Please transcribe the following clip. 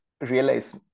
realize